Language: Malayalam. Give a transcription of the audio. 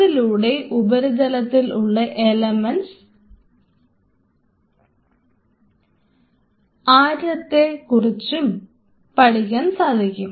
അതിലൂടെ ഉപരിതലത്തിലുള്ള എലമെൻറ്സുകളുടെ ആറ്റത്തെ കുറിച്ച് പഠിക്കാൻ സാധിക്കും